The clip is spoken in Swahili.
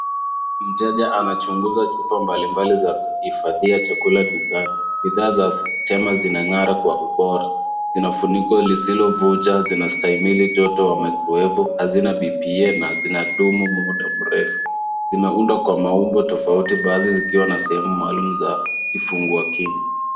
Mteja anachunguza chupa mbalimbali za kuhifadhia chakula dukani. Bidhaa za sisitema zimeng'ara kwa ubora. Zinafuniko lisilovuja, zinastahimili joto ya mikrowevu, hazina vpn , na zinadumu kwa muda mrefu. Zimeundwa kwa maumbo tofauti, baadhi zikiwa na sehemu maalum za kifungua kinywa.